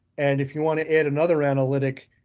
and if you want to add another analytic,